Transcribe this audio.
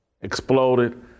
exploded